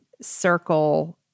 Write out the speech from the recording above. circle